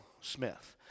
Smith